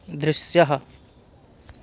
दृश्यः